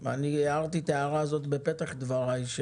הערתי את ההערה הזאת בפתח דבריי,